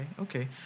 okay